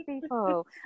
people